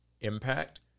impact